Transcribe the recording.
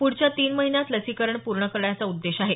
पुढच्या तीन महिन्यात लसीकरण पूर्ण करण्याचा उद्देश आहे